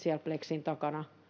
siellä pleksin takana